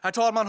Herr talman!